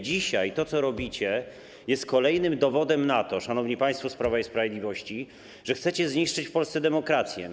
Dzisiaj to, co robicie, jest kolejnym dowodem na to, szanowni państwo z Prawa i Sprawiedliwości, że chcecie zniszczyć w Polsce demokrację.